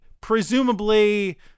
presumably